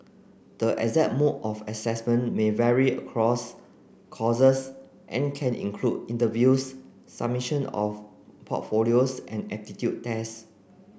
the exact mode of assessment may vary across courses and can include interviews submission of portfolios and aptitude tests